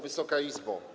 Wysoka Izbo!